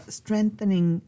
strengthening